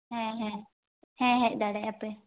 ᱦᱮᱸ ᱦᱮᱸ ᱦᱮᱸ ᱦᱮᱡ ᱫᱟᱲᱮᱭᱟᱜᱼᱟ ᱯᱮ